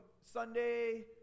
Sunday